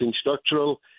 structural